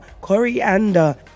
coriander